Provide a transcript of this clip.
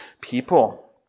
people